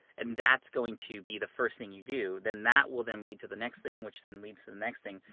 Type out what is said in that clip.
and that's going to be the first thing you do, then that will then lead to the next thing, which then leads to the next thing.